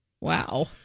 Wow